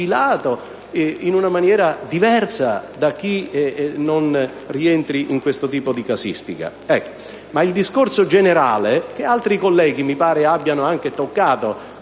in una maniera diversa da chi non rientri in questo tipo di casistica.